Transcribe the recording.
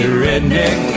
redneck